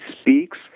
speaks